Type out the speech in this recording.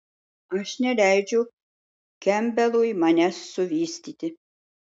aš neleidžiu kempbelui manęs suvystyti